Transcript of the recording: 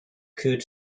could